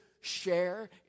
share